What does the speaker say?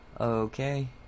Okay